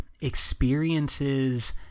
experiences